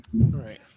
Right